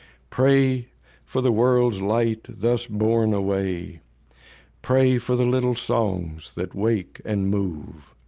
pray for the world's light thus borne away pray for the little songs that wake and move